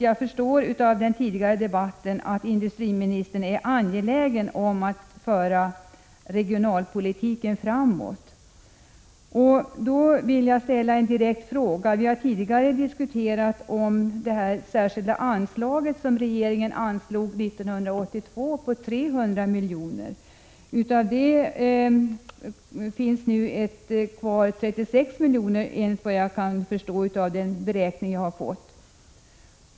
Jag förstår av den tidigare debatten att industriministern är angelägen om att föra regionalpolitiken framåt. Vi har tidigare diskuterat det särskilda anslaget på 300 milj.kr. som regeringen lämnade 1982. Av det finns nu kvar 36 milj.kr., enligt den beräkning jag har fått.